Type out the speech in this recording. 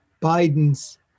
Biden's